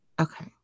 Okay